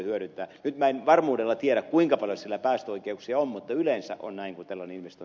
nyt minä en varmuudella tiedä kuinka paljon sillä päästöoikeuksia on mutta yleensä koneen kotelonimistä